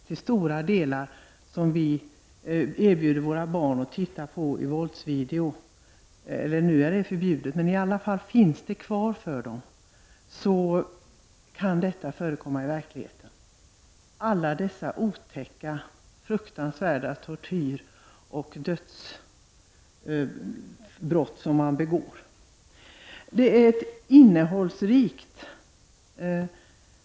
Till stora delar är det samma våld som våra barn erbjuds att titta på — alla dessa fruktansvärda tortyroch dödsscener förekommer också i verkligheten.